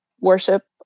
worship